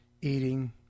eating